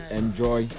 enjoy